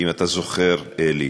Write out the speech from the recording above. אם אתה זוכר, אלי,